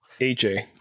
AJ